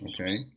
Okay